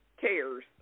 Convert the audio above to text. cares